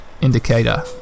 indicator